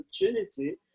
opportunity